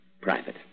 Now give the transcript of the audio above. private